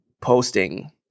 posting